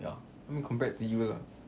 ya I mean compared to you lah